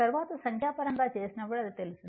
తరువాత సంఖ్యాపరంగా చేసినప్పుడు అది తెలుస్తుంది